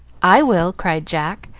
i will! cried jack,